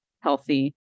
healthy